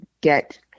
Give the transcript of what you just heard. get